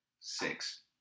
six